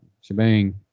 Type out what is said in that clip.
shebang